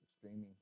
streaming